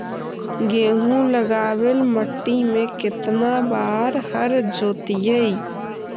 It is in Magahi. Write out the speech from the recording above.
गेहूं लगावेल मट्टी में केतना बार हर जोतिइयै?